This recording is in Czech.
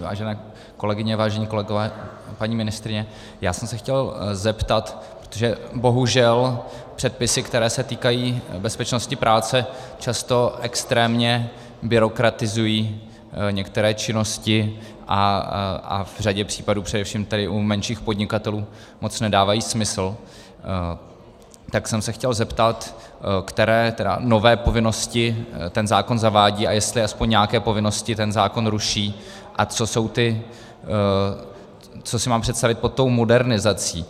Vážené kolegyně, vážení kolegové, paní ministryně, já jsem se chtěl zeptat, protože bohužel předpisy, které se týkají bezpečnosti práce, často extrémně byrokratizují některé činnosti a v řadě případů především u menších podnikatelů moc nedávají smysl, tak jsem se chtěl zeptat, které nové povinnosti ten zákon zavádí a jestli aspoň nějaké povinnosti ruší a co si mám představit pod tou modernizací.